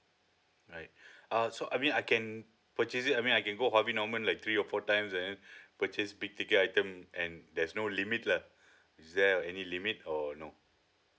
alright uh so I mean I can purchase it I mean I can go for harvey norman like three or four times and purchase big ticket item and there's no limit lah is there or any limit or no